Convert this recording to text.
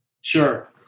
Sure